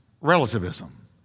relativism